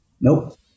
Nope